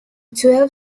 twelve